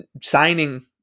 signing